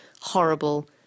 horrible